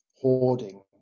hoarding